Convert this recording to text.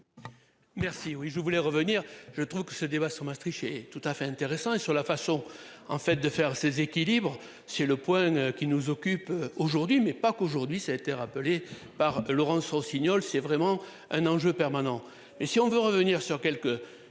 Merci. Oui je voulais revenir, je trouve que ce débat sur Maastricht et tout à fait intéressant et sur la façon en fait de faire ses équilibres. C'est le point qui nous occupe aujourd'hui, mais pas qu'aujourd'hui ça a été rappelé par Laurence Rossignol, c'est vraiment un enjeu permanent